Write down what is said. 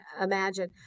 imagine